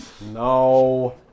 No